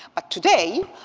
ah today,